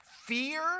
fear